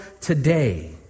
today